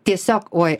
tiesiog oi